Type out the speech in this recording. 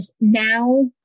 now